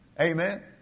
Amen